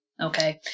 Okay